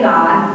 God